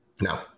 No